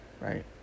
right